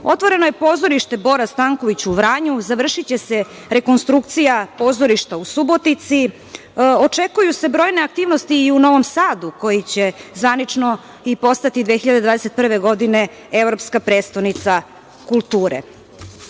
Otvoreno je pozorište „Bora Stanković“ u Vranju, završiće se rekonstrukcija pozorišta u Subotici, očekuju se brojne aktivnosti i u Novom Sadu koji će zvanično i postati 2021. godine evropska prestonica kulture. Mi